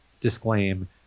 disclaim